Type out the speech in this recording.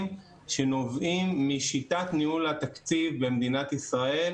שנובעים משיטת ניהול התקציב במדינת ישראל,